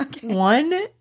One